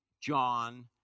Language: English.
John